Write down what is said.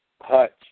Hutch